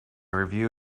review